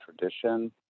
tradition